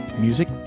music